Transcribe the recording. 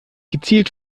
gezielt